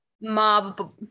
mob